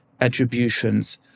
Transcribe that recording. attributions